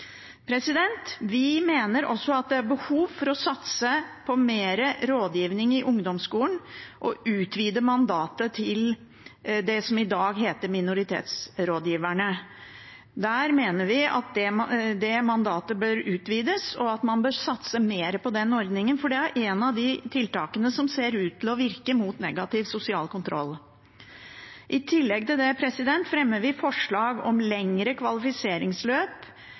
Vi mener også at det er behov for å satse på mer rådgivning i ungdomsskolen og utvide mandatet til det som i dag heter minoritetsrådgiverne. Vi mener at det mandatet bør utvides, og at man bør satse mer på den ordningen, for det er et av de tiltakene som ser ut til å virke mot negativ sosial kontroll. I tillegg til det fremmer vi forslag om lengre kvalifiseringsløp,